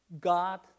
God